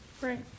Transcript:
Right